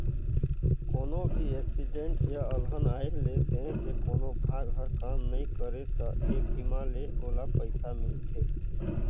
कोनो भी एक्सीडेंट य अलहन आये ले देंह के कोनो भाग हर काम नइ करे त ए बीमा ले ओला पइसा मिलथे